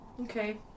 Okay